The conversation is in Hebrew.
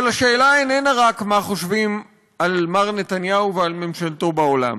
אבל השאלה איננה רק מה חושבים על מר נתניהו ועל ממשלתו בעולם,